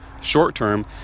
short-term